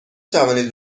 توانید